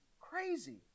Crazy